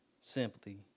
simply